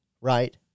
right